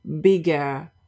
bigger